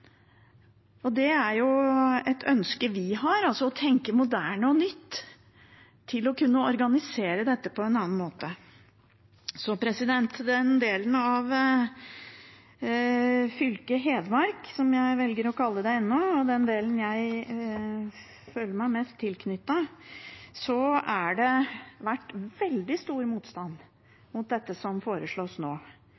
Det er et ønske vi har, altså å tenke moderne og nytt for å kunne organisere dette på en annen måte. I den delen av fylket Hedmark, som jeg velger å kalle det ennå, som jeg føler meg mest tilknyttet, har det vært veldig stor motstand